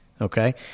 okay